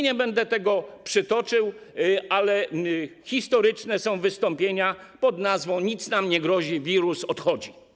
Nie będę tego przytaczał, ale są historyczne wystąpienia pod hasłem: nic nam nie grozi, wirus odchodzi.